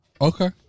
Okay